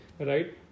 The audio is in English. Right